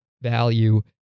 value